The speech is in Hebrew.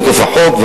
מתוקף החוק,